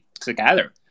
together